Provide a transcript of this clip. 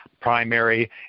primary